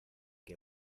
que